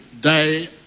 die